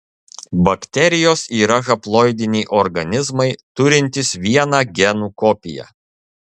bakterijos yra haploidiniai organizmai turintys vieną genų kopiją